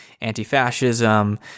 anti-fascism